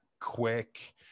Quick